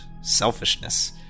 selfishness